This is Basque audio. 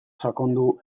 sakondu